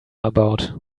about